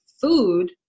food